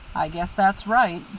i guess that's right.